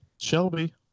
Shelby